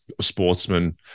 sportsman